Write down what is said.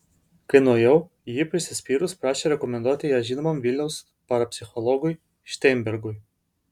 kai nuėjau ji prisispyrus prašė rekomenduoti ją žinomam vilniaus parapsichologui šteinbergui